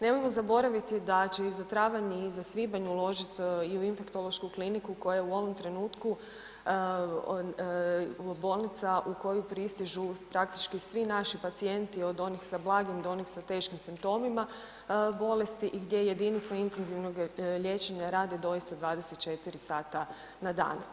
Nemojmo zaboraviti da će i za travanj i za svibanj uložiti i u Infektološku kliniku koja je u ovom trenutku bolnica u koju pristižu praktički svi naši pacijenti, od onih sa blagim do onih sa teškim simptomima bolesti i gdje jedinice intenzivnog liječenja rade doista 24 sata na dan.